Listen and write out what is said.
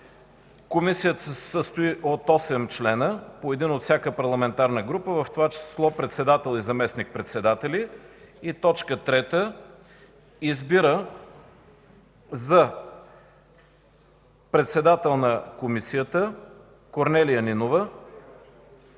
Комисията се състои от 8 членове, по един от всяка парламентарна група, в това число – председател и заместник-председател. 3. Избира за председател на Комисията Корнелия Нинова,